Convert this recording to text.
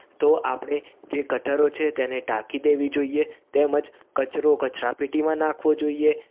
તો આપણે જે ગટરો છે તેને ઢાંકી દેવી જોઈએ તેમજ કચરો કચરાપેટીમાં નાખવો જોઈએ